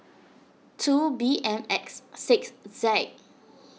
two B M X six Z